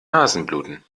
nasenbluten